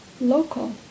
local